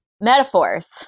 metaphors